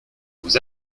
vous